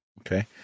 okay